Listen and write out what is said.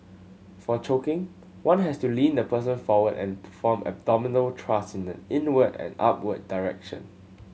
for choking one has to lean the person forward and perform abdominal thrust in an inward and upward direction